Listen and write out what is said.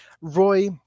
Roy